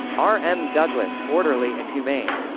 r m. douglas orderly and humane.